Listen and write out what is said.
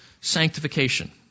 sanctification